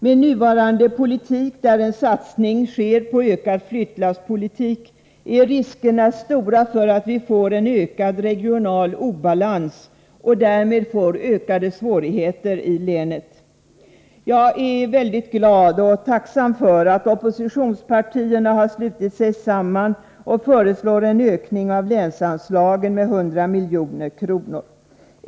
Med nuvarande politik, där en satsning sker på ökad flyttlasspolitik, är riskerna stora för att vi får en ökad regional obalans och därmed ökade svårigheter i länet. Jag är mycket glad och tacksam för att oppositionspartierna har slutit sig samman och föreslagit en ökning av länsanslagen med 100 milj.kr.